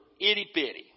itty-bitty